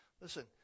Listen